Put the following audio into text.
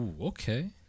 Okay